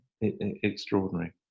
extraordinary